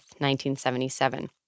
1977